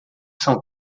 são